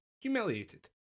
humiliated